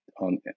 on